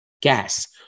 Gas